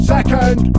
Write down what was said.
Second